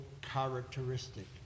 characteristic